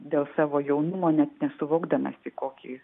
dėl savo jaunumo net nesuvokdamas į kokį